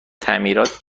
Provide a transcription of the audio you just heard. تعمیرات